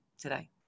today